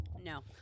No